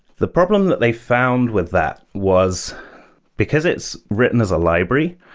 the problem that they found with that was because it's written as a library,